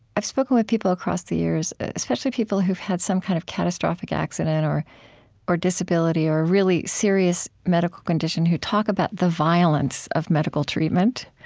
i've spoken with people across the years, especially people who've had some kind of catastrophic accident or or disability or really serious medical condition who talk about the violence of medical treatment,